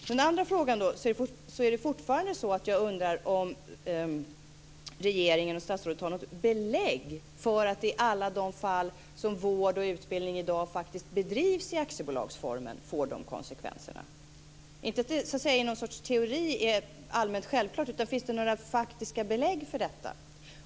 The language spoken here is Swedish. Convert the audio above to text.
I den andra frågan undrar jag fortfarande om regeringen och statsrådet har något belägg för att det i alla de fall där vård och utbildning i dag bedrivs i aktiebolagsform blir de här konsekvenserna. Jag vill inte höra att det i någon sorts teori är allmänt och självklart, utan jag undrar om det finns några faktiska belägg för det.